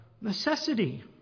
necessity